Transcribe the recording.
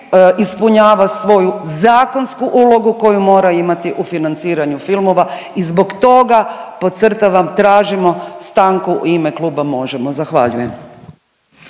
ispunjava svoju zakonsku ulogu koju mora imati u financiranju filmova. I zbog toga podcrtavam tražimo stanku u ime kluba Možemo!. Zahvaljujem.